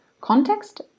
context